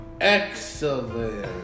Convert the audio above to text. Excellent